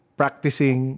practicing